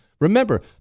Remember